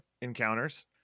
encounters